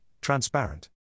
transparent